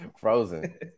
frozen